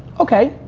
okay,